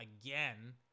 again